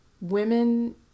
women